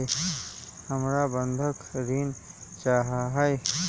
हमरा बंधक ऋण चाहा हई